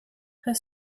her